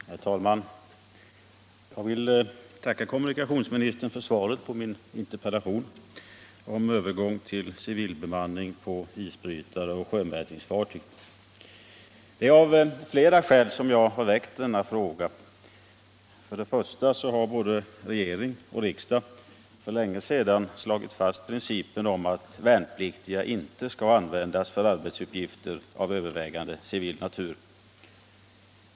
Herr talman! Jag vill tacka kommunikationsministern för svaret på min interpellation om övergång till civilbemanning på isbrytare och sjömätningsfartyg. Det är av flera skäl som jag har väckt denna fråga. Både regering och riksdag har för länge sedan slagit fast principen om att värnpliktiga inte skall användas för arbetsuppgifter av övervägande civil natur.